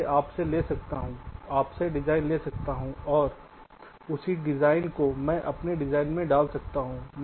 मैं इसे आपसे ले सकता हूं आपसे डिजाइन ले सकता हूं और उसी डिजाइन को मैं अपने डिजाइन में डाल सकता हूं